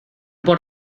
por